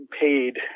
paid